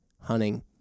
hunting